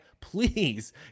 please